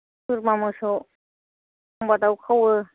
बोरमा मोसौ एखमबा दाउ खावो